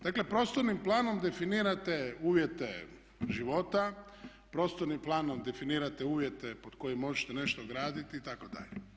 Dakle prostornim planom definirate uvjete života, prostornim planom definirate uvjete pod kojim ožete nešto graditi itd.